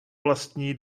vlastní